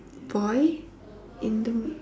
boy in the m~